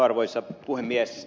arvoisa puhemies